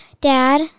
Dad